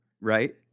right